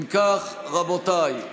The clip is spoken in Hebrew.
אם כך, רבותיי,